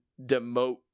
demote